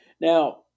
Now